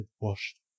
washed